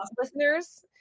Listeners